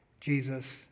Jesus